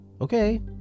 Okay